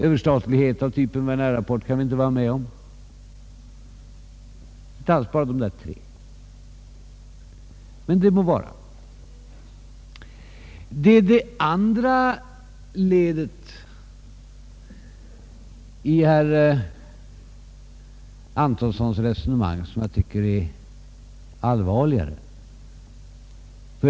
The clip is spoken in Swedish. Överstatlighet av typen Wernerrapporten kan vi inte heller vara med om. Det är alltså inte bara dessa tre förbehåll. Det är det andra ledet i herr Antonssons resonemang som jag tycker är allvarligare.